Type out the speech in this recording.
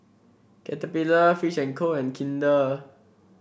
Caterpillar Fish And Co and Kinder